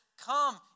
come